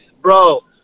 Bro